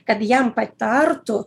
kad jam patartų